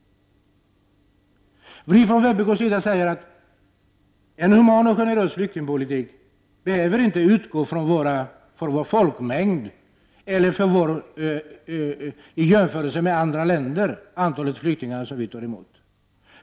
Vi från vänsterpartiet säger att en human och generös flyktingpolitik inte behöver utgå från Sveriges folkmängd eller —-i jämförelse med andra länder — antalet flyktingar som Sverige tar emot.